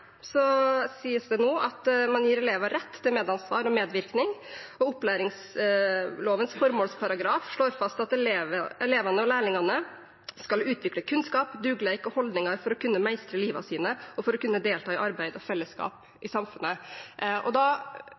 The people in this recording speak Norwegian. sies det at man gir elevene rett til medansvar og medvirkning, og opplæringslovens formålsparagraf slår fast følgende: «Elevane og lærlingane skal utvikle kunnskap, dugleik og holdningar for å kunne meistre liva sine og for å kunne delta i arbeid og fellesskap i samfunnet.»